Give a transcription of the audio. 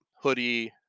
hoodie